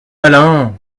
malin